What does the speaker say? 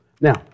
Now